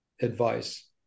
advice